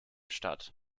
statt